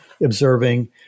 observing